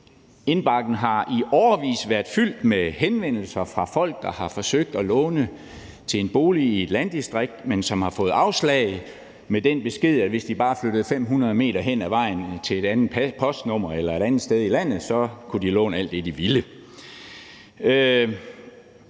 Indbakken har i årevis været fyldt med henvendelser fra folk, der har forsøgt at låne til en bolig i et landdistrikt, men som har fået afslag med den besked, at hvis de bare flyttede 500 m hen ad vejen til et andet postnummer eller til et andet sted i landet, kunne de låne alt det, de ville.